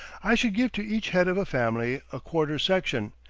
i should give to each head of a family a quarter section,